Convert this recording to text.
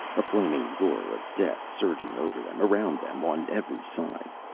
a flaming roar of death surging over them, around them, on every side.